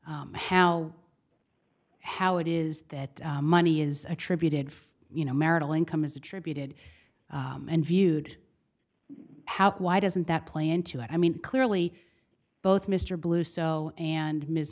on how how it is that money is attributed for you know marital income is attributed and viewed how why doesn't that plan to i mean clearly both mr blue so and ms